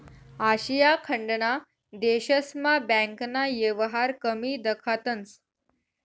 आशिया खंडना देशस्मा बँकना येवहार कमी दखातंस